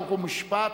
חוק ומשפט,